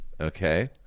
okay